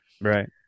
Right